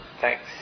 Thanks